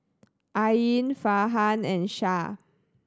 Ain Farhan and Shah